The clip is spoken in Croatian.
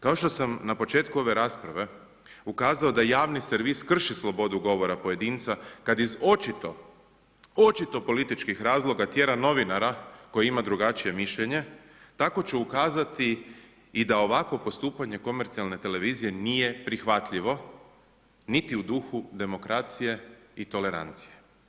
Kao što sam na početku ove rasprave ukazao da javni servis krši slobodu govora pojedinca kad iz očito, očito političkih razloga tjera novinara koji ima drugačije mišljenje, tako ću ukazati i da ovakvo postupanje komercijalne televizije nije prihvatljivo, niti u duhu demokracije i tolerancije.